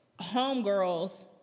homegirls